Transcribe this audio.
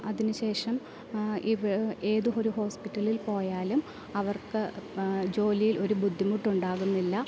അതിനുശേഷം ഏത് ഒരു ഹോസ്പിറ്റലിൽ പോയാലും അവർക്ക് ജോലിയിൽ ഒരു ബുദ്ധിമുട്ടുണ്ടാകുന്നില്ല